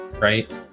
right